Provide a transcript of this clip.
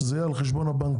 שזה יהיה על חשבון הבנקים.